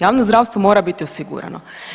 Javno zdravstvo mora biti osigurano.